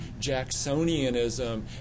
Jacksonianism